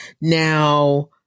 Now